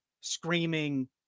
screaming